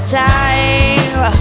time